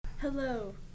Hello